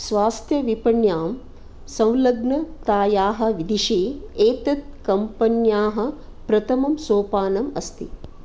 स्वास्थ्यविपण्यां संलग्नतायाः विदिशि एतत् कम्पन्याः प्रथमं सोपानम् अस्ति